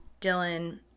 Dylan